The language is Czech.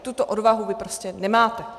Tuto odvahu vy prostě nemáte.